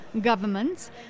governments